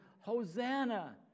Hosanna